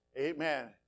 Amen